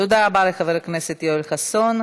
תודה רבה לחבר הכנסת יואל חסון.